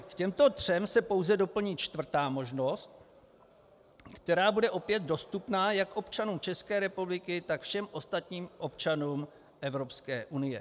K těmto třem se pouze doplní čtvrtá možnost, která bude opět dostupná jak občanům České republiky, tak všem ostatním občanům Evropské unie.